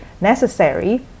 necessary